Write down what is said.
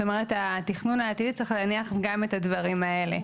זאת אומרת שהתכנון העתידי צריך להניח גם את הדברים האלה.